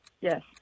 Yes